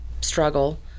struggle